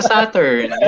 Saturn